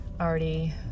Already